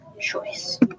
choice